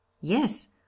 Yes